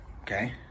okay